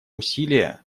усилия